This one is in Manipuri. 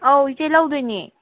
ꯑꯧ ꯏꯆꯦ ꯂꯧꯗꯣꯏꯅꯤ